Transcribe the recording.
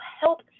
help